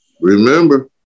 remember